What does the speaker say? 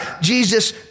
Jesus